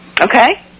Okay